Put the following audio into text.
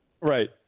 Right